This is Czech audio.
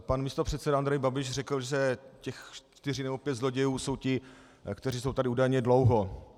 Pan místopředseda Andrej Babiš řekl, že ti čtyři nebo pět zlodějů jsou ti, kteří jsou tady údajně dlouho.